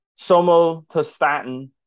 somatostatin